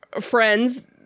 friends